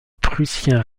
prussiens